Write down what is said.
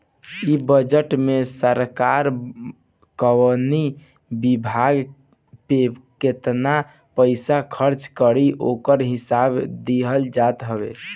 इ बजट में सरकार कवनी विभाग पे केतना पईसा खर्च करी ओकर हिसाब दिहल जात हवे